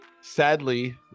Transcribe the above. Sadly